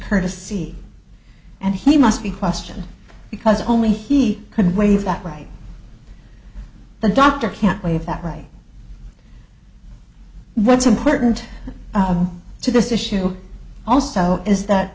courtesy and he must be question because only he could waive that right the doctor can't waive that right what's important to this issue also is that